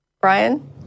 Brian